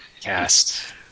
Cast